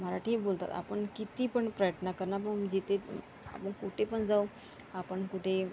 मराठी बोलता आपण किती पण प्रयत्न करणार पण जे ते आपण कुठे पण जाऊ आपण कुठे